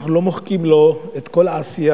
אנחנו לא מוחקים לו את כל העשייה